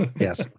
Yes